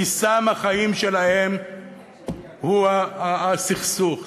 כי סם החיים שלהם הוא הסכסוך.